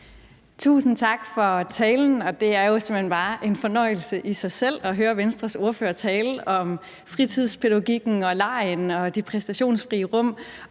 Tusind tak for talen. Det er simpelt hen bare i sig selv en fornøjelse at høre Venstres ordfører tale om fritidspædagogikken og legen og de præstationsfrie rum,